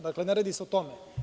Dakle, ne radi se o tome.